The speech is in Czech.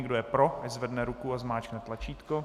Kdo je pro, ať zvedne ruku a zmáčkne tlačítko.